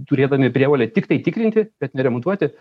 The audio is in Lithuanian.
turėdami prievolę tiktai tikrinti bet ne remontuoti